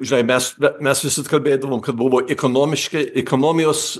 žinai mes mes visad kalbėdavom buvo ikonomiški ikonomijos